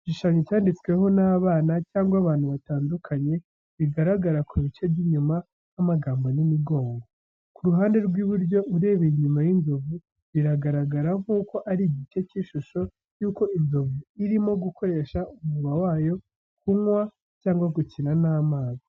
Igishushanyo cyanditsweho n'abana cyangwa abantu batandukanye, bigaragara ku bice by’inyuma nk’amagambo n’imigongo. Ku ruhande rw’iburyo urebeye inyuma y’inzovu bigaragara nk’uko ari igice cy’ishusho y’uko inzovu irimo gukoresha umunwa wayo kunywa cyangwa gukina n’amazi.